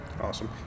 awesome